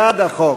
בעד החוק,